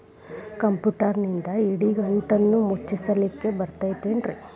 ಕಂಪ್ಯೂಟರ್ನಿಂದ್ ಇಡಿಗಂಟನ್ನ ಮುಚ್ಚಸ್ಲಿಕ್ಕೆ ಬರತೈತೇನ್ರೇ?